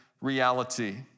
reality